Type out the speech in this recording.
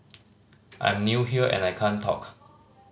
I'm new here and I can't talk